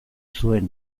zuen